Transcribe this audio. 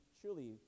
truly